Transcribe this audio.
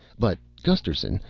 but, gusterson,